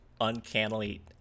uncannily